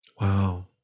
Wow